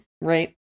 Right